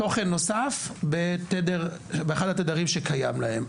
תוכן נוסף באחד התדרים שקיים להם.